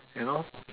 you know